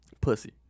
pussy